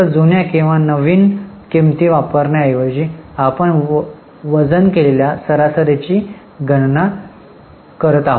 फक्त जुन्या किंवा नवीन किंमती वापरण्याऐवजी आपण वजन केलेल्या सरासरीची गणना करत आहोत